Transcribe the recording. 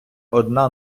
одна